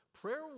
prayer